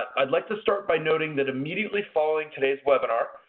i'd like to start by noting that immediately following today's webinar,